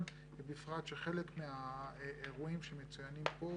ובפרט שחלק מהאירועים שמצוינים פה,